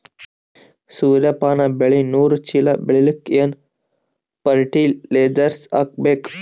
ಸೂರ್ಯಪಾನ ಬೆಳಿ ನೂರು ಚೀಳ ಬೆಳೆಲಿಕ ಏನ ಫರಟಿಲೈಜರ ಹಾಕಬೇಕು?